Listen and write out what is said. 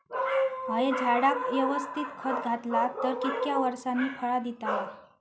हया झाडाक यवस्तित खत घातला तर कितक्या वरसांनी फळा दीताला?